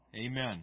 Amen